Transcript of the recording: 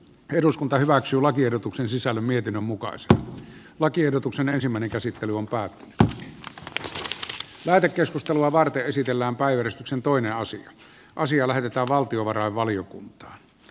eduskunta hyväksyy lakiehdotuksen sisällön mietinnön mukaan sekä lakiehdotuksen ensimmäinen käsittely on pää on kevyt lähetekeskustelua varten esitellään puhemiesneuvosto ehdottaa että asia lähetetään valtiovarainvaliokuntaan